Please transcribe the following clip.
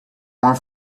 more